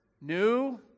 new